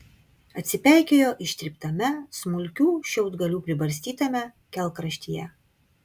atsipeikėjo ištryptame smulkių šiaudgalių pribarstytame kelkraštyje